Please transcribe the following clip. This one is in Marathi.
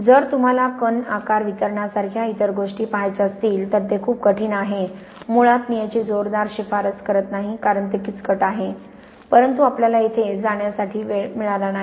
जर तुम्हाला कण आकार वितरणासारख्या इतर गोष्टी पहायच्या असतील तर ते खूप कठीण आहे मुळात मी याची जोरदार शिफारस करत नाही कारण ते किचकट आहे परंतु आपल्याला येथे जाण्यासाठी वेळ मिळाला नाही